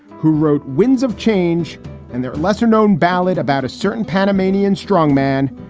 who wrote winds of change and their lesser known ballad about a certain panamanian strongman.